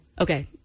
Okay